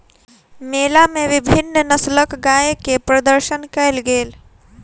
मेला मे विभिन्न नस्लक गाय के प्रदर्शन कयल गेल